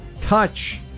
touch